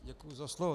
Děkuji za slovo.